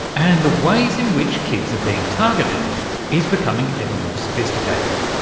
and the ways in which kids are being targeted is becoming ever more sophisticated.